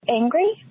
angry